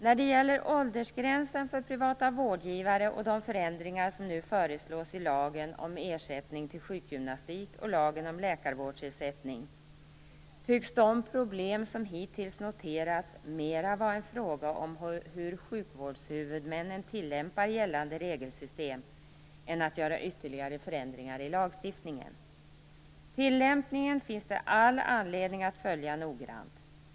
När det gäller åldersgränsen för privata vårdgivare och de förändringar som nu föreslås i lagen om ersättning till sjukgymnastik och lagen om läkarvårdsersättning tycks de problem som hittills noterats mera vara en fråga om hur sjukvårdshuvudmännen tillämpar gällande regelsystem än om att göra ytterligare förändringar i lagstiftningen. Tillämpningen finns det all anledning att noga följa.